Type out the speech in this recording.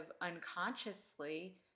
unconsciously